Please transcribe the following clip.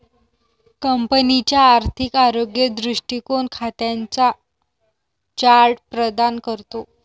कंपनीचा आर्थिक आरोग्य दृष्टीकोन खात्यांचा चार्ट प्रदान करतो